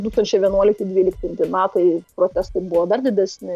du tūkstančiai vienuolikti dvylikti metai protestai buvo dar didesni